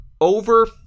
over